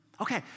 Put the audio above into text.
Okay